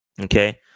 Okay